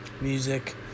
music